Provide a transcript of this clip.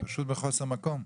פשוט בחוסר מקום?